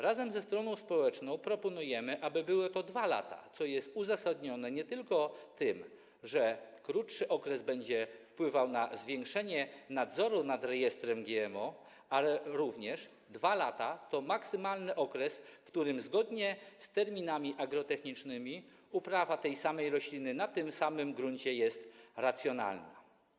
Razem ze stroną społeczną proponujemy, aby były to 2 lata, co jest uzasadnione nie tylko tym, że krótszy okres będzie wpływał na zwiększenie nadzoru nad rejestrem GMO, ale również 2 lata to maksymalny okres, w którym zgodnie z terminami agrotechnicznymi uprawa tej samej rośliny na tym samym gruncie jest racjonalna.